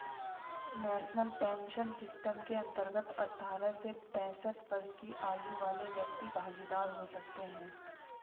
national pension system के अंतर्गत अठारह से पैंसठ वर्ष की आयु वाले व्यक्ति भागीदार हो सकते हैं